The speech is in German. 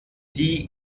die